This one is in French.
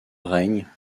règne